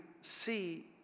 see